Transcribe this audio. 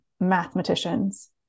mathematicians